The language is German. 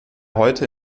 heute